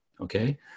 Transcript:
okay